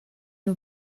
nur